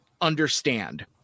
understand